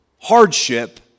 hardship